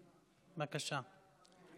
בבקשה,